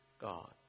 God